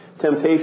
Temptation